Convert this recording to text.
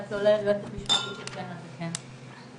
הזאת שנקראת בלשון העם הוועדה ההומניטארית,